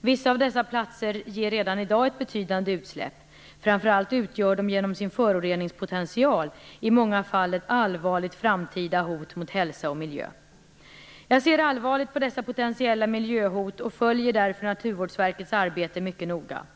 Vissa av dessa platser ger redan i dag ett betydande utsläpp, framför allt utgör de genom sin föroreningspotential i många fall ett allvarligt framtida hot mot hälsa och miljö. Jag ser allvarligt på dessa potentiella miljöhot och följer därför Naturvårdsverkets arbete mycket noga.